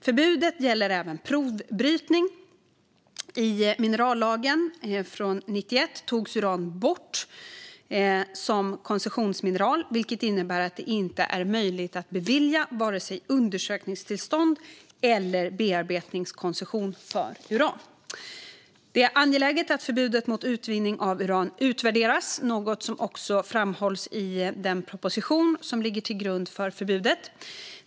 Förbudet gäller även provbrytning. I minerallagen togs uran bort som koncessionsmineral, vilket innebär att det inte är möjligt att bevilja vare sig undersökningstillstånd eller bearbetningskoncession för uran. Det är angeläget att förbudet mot utvinning av uran utvärderas, något som också framhålls i den proposition som ligger till grund för förbudet.